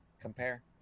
compare